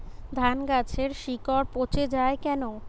ধানগাছের শিকড় পচে য়ায় কেন?